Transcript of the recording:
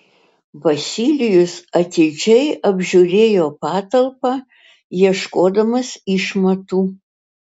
vasilijus atidžiai apžiūrėjo patalpą ieškodamas išmatų